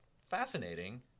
fascinating